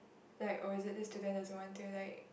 like oh is it this student doesn't want to like